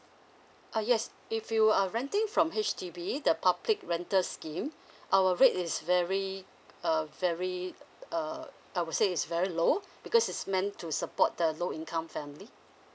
uh yes if you are renting from H_D_B the public rental scheme our rate is very uh very uh I would say is very low because it's meant to support the low income family